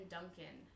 Duncan